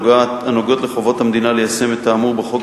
הנוגעות לחובת המדינה ליישם את האמור בחוק